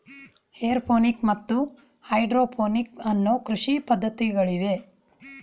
aeroponic ಮತ್ತು hydroponic ಅನ್ನೂ ಕೃಷಿ ಪದ್ಧತಿಗಳಿವೆ